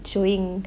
showing